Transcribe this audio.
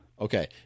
Okay